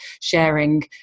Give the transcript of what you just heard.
sharing